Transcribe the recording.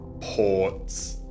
ports